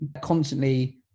constantly